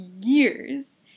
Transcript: years